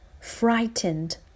Frightened